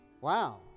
Wow